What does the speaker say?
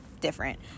different